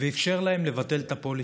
ואפשר להם לבטל את הפוליסות,